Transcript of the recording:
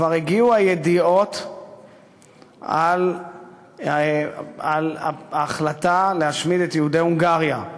כשכבר הגיעו הידיעות על ההחלטה להשמיד את יהודי הונגריה.